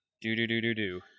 Do-do-do-do-do